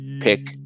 pick